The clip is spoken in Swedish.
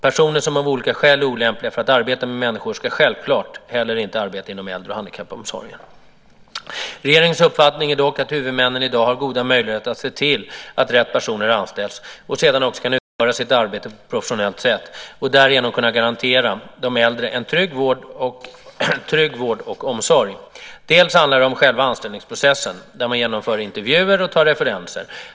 Personer som av olika skäl är olämpliga för att arbeta med människor ska självklart heller inte arbeta inom äldre och handikappomsorgen. Regeringens uppfattning är dock att huvudmännen i dag har goda möjligheter att se till att rätt personer anställs och sedan också kan utföra sitt arbete på ett professionellt sätt för att därigenom kunna garantera de äldre en trygg vård och omsorg. Dels handlar det om själva anställningsprocessen där man genomför intervjuer och tar referenser.